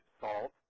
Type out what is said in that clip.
salt